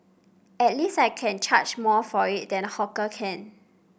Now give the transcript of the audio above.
at least I can charge more for it than hawker can